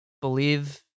believe